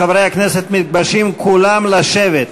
חברי הכנסת מתבקשים כולם לשבת.